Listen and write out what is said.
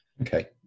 Okay